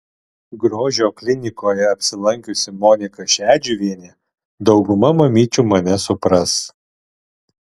grožio klinikoje apsilankiusi monika šedžiuvienė dauguma mamyčių mane supras